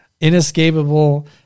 Inescapable